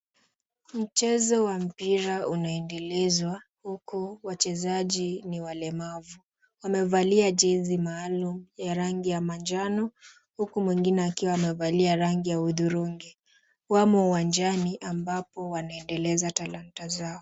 Mchezo wa mpira unaendelezwa huku wachezaji ni walemavu. Wamevalia jezi maalum ya rangi ya manjano huku mwingine akiwa amevalia rangi ya hudhurungi. Wamo uwanjani ambapo wanaendeleza talanta zao.